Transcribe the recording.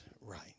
right